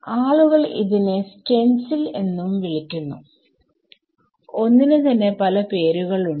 ആളുകൾ ഇതിനെ സ്റ്റെൻസിൽ എന്നും വിളിക്കുന്നുഒന്നിന് തന്നെ പല പേരുകൾ ഉണ്ട്